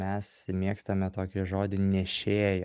mes mėgstame tokį žodį nešėją